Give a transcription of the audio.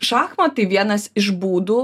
šachmatai vienas iš būdų